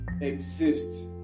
exist